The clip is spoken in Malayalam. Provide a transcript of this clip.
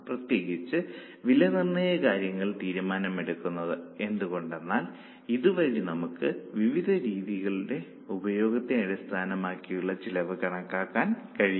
പ്രത്യേകിച്ച് വിലനിർണയ കാര്യങ്ങൾ തീരുമാനമെടുക്കുന്നതിന് എന്തുകൊണ്ടെന്നാൽ ഇതുവഴി നമുക്ക് വിവിധ രീതികളുടെ ഉപയോഗത്തെ അടിസ്ഥാനമാക്കി ചെലവ് കണക്കാക്കാൻ കഴിയും